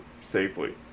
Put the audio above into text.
safely